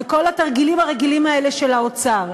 וכל התרגילים הרגילים האלה של האוצר.